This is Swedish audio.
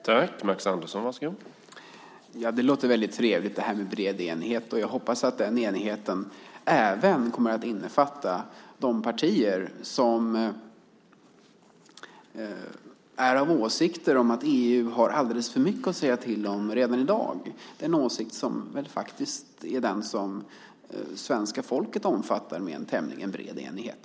Herr talman! Detta med bred enighet låter trevligt. Jag hoppas att den enigheten även kommer att innefatta de partier som är av åsikten att EU har alldeles för mycket att säga till om redan i dag. Det är faktiskt en åsikt som svenska folket omfattar i tämligen bred enighet.